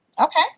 Okay